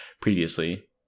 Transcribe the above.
previously